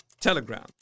Telegram